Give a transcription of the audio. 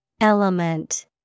Element